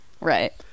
Right